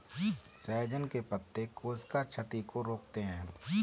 सहजन के पत्ते कोशिका क्षति को रोकते हैं